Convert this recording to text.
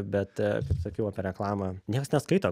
bet kaip sakiau apie reklamą nieks neskaito